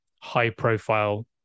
high-profile